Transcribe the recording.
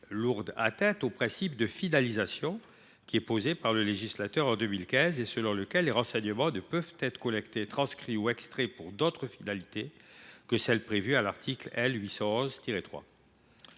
lourdement atteinte au principe de finalisation posé par le législateur en 2015, principe selon lequel les renseignements ne peuvent être collectés, transcrits ou extraits pour d’autres finalités que celles qui sont prévues à l’article L. 811 3